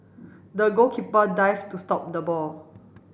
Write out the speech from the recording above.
the goalkeeper dive to stop the ball